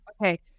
Okay